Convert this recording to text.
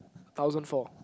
thousand four